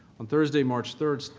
on thursday, march third,